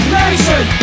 nation